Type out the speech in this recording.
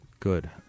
good